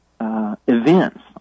events